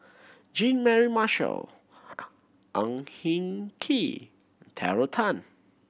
Jean Mary Marshall Ang Hin Kee Terry Tan